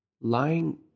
Lying